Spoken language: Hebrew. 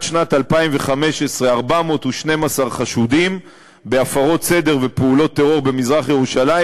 שנת 2015 412 חשודים בהפרות סדר ופעולות טרור במזרח-ירושלים,